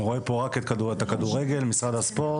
אני רואה פה רק את הכדורגל, משרד הספורט